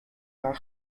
are